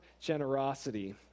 generosity